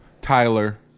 Tyler